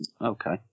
Okay